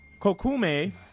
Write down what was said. Kokume